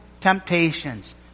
temptations